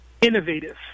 Innovative